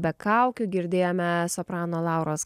be kaukių girdėjome soprano lauros